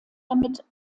damit